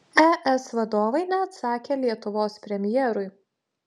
es vadovai neatsakė lietuvos premjerui